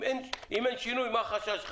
אם אין שינוי מה החשש שלך?